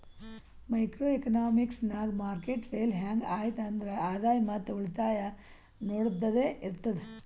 micro economics ನಾಗ್ market fail ಹ್ಯಾಂಗ್ ಐಯ್ತ್ ಆದ್ರ ಆದಾಯ ಮತ್ ಉಳಿತಾಯ ನೊಡದ್ದದೆ ಇರ್ತುದ್